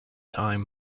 time